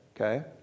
okay